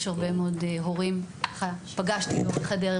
יש הרבה מאוד הורים שפגשתי לאורך הדרך,